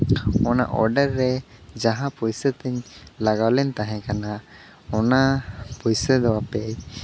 ᱚᱱᱟ ᱚᱰᱟᱨ ᱨᱮ ᱡᱟᱦᱟᱸ ᱯᱩᱭᱥᱟᱹ ᱛᱤᱧ ᱞᱟᱜᱟᱣ ᱞᱮᱫ ᱛᱟᱦᱮᱸ ᱠᱟᱱᱟ ᱚᱱᱟ ᱯᱩᱭᱥᱟᱹ ᱫᱚ ᱟᱯᱮ